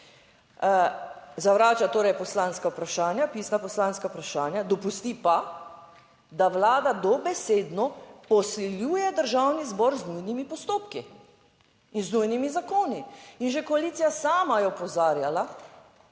Zavrača torej poslanska vprašanja, pisna poslanska vprašanja. Dopusti pa, da Vlada dobesedno posiljuje Državni zbor z nujnimi postopki in z nujnimi zakoni. In že koalicija sama je opozarjala,